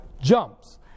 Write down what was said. jumps